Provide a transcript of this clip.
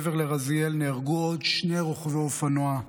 מעבר לרזיאל נהרגו עוד שני רוכבי אופנוע.